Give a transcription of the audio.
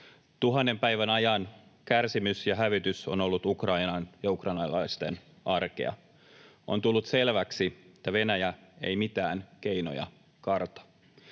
Tuhannen päivän ajan kärsimys ja hävitys on ollut Ukrainan ja ukrainalaisten arkea. On tullut selväksi, että Venäjä ei mitään keinoja karta.